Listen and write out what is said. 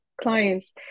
clients